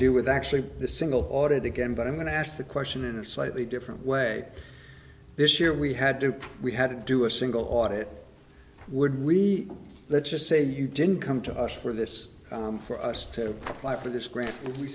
do with actually the single audit again but i'm going to ask the question in a slightly different way this year we had to we had to do a single audit would we let's just say you didn't come to us for this for us to apply for this grant we